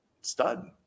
stud